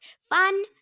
Fun